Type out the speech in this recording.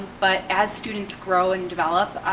but as students grow and develop,